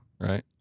right